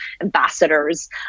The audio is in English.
ambassadors